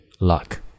luck